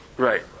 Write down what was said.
Right